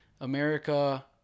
America